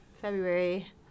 February